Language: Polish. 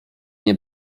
nie